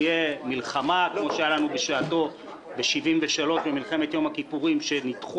תהיה מלחמה כמו שהיה לנו בשעתו ב-73' במלחמת יום-הכיפורים שנדחו